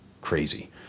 crazy